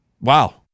wow